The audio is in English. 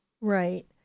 Right